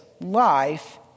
life